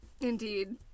indeed